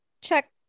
check